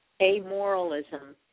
amoralism